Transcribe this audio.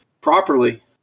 properly